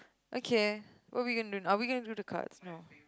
okay what we're gonna are we gonna do the cards now